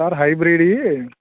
sir హైబ్రిడ్వి